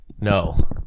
No